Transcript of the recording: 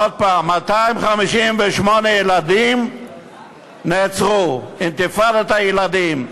עוד הפעם, 258 ילדים נעצרו, אינתיפאדת הילדים.